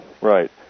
Right